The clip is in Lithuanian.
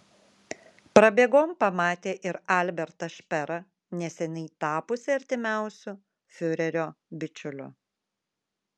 prabėgom pamatė ir albertą šperą neseniai tapusį artimiausiu fiurerio bičiuliu